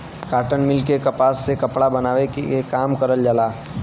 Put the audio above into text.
cotton mill में कपास से कपड़ा बनावे के काम करल जाला